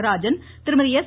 நடராஜன் திருமதி எஸ்